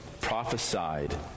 prophesied